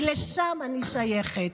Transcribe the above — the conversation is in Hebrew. כי לשם אני שייכת.